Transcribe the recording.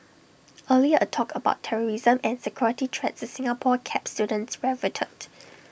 earlier A talk about terrorism and security threats to Singapore kept students riveted